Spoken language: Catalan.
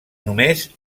només